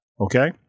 Okay